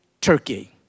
Turkey